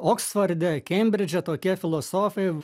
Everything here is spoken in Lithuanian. oksforde kembridže tokie filosofai